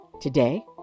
Today